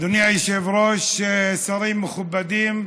אדוני היושב-ראש, שרים מכובדים,